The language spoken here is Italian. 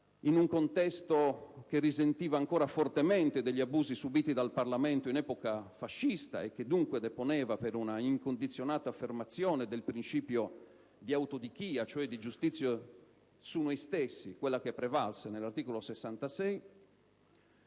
in un contesto che risentiva ancora fortemente degli abusi subiti dal Parlamento in epoca fascista e che, dunque, deponeva per una incondizionata affermazione del principio di autodichia (cioè di giustizia su noi stessi, quella che è prevalsa nell'articolo 66